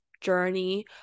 journey